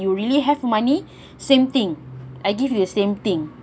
you really have money same thing I give you the same thing